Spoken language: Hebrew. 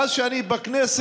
מאז שאני בכנסת,